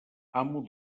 amo